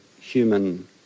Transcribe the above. human